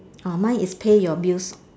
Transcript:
orh mine is pay your bills